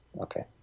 okay